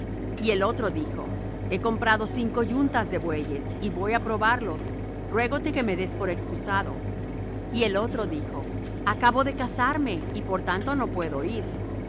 y el otro dijo he comprado cinco yuntas de bueyes y voy á probarlos ruégote que me des por excusado y el otro dijo acabo de casarme y por tanto no puedo ir y